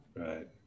right